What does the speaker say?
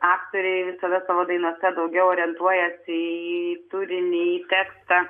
aktoriai visada savo dainose daugiau orientuojasi į turinį į tekstą